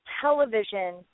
television